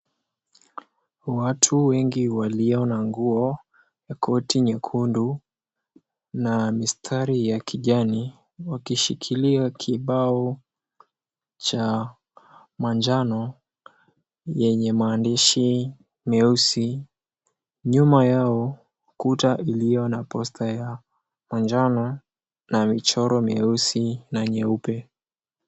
Watu wengi walio na nguo koti nyekundu na mistari yakijani wakishikilia kibao cha manjano yenye maandishi meusi, nyuma yao kuta iliyo na Poster ya manjano na michoro meusi na nyeupe.